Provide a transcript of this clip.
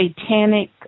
satanic